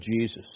Jesus